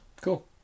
Cool